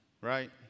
right